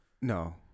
no